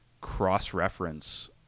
cross-reference